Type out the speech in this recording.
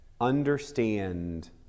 understand